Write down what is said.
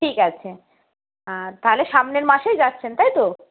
ঠিক আছে তাহলে সামনের মাসে যাচ্ছেন তাই তো